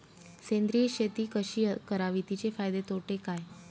सेंद्रिय शेती कशी करावी? तिचे फायदे तोटे काय?